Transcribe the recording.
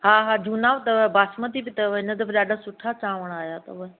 हा हा झूना अथव बासमती बि अथव हिन दफ़े ॾाढा सुठा चावंर आया अथव